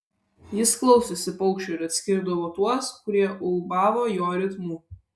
jis klausėsi paukščių ir atskirdavo tuos kurie ulbavo jo ritmu